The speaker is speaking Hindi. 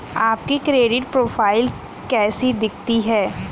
आपकी क्रेडिट प्रोफ़ाइल कैसी दिखती है?